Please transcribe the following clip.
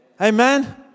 Amen